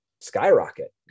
skyrocket